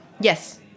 Yes